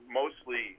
mostly